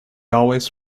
always